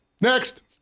Next